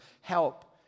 help